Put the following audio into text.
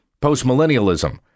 post-millennialism